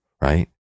Right